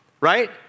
right